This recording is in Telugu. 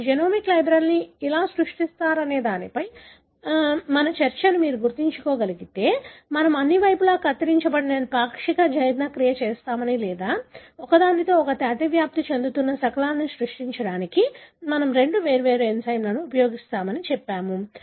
మీరు జెనోమిక్ లైబ్రరీని ఎలా సృష్టిస్తారనే దానిపై మన చర్చను మీరు గుర్తుచేసుకోగలిగితే మనము అన్ని వైపులా కత్తిరించబడని పాక్షిక జీర్ణక్రియ చేస్తామని లేదా ఒకదానితో ఒకటి అతివ్యాప్తి చెందుతున్న శకలాలు సృష్టించడానికి మనము రెండు వేర్వేరు ఎంజైమ్లను ఉపయోగిస్తామని చెప్పాము